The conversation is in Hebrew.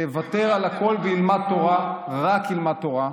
שיוותר על הכול וילמד תורה, רק ילמד תורה.